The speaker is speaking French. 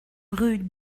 rue